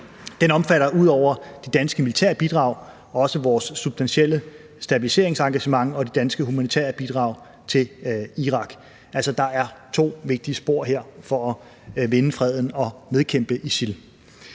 Den omfatter ud over de danske militære bidrag også vores substantielle stabiliseringsengagement og de danske humanitære bidrag til Irak. Der er altså to vigtige spor her for at vinde freden og nedkæmpe ISIL.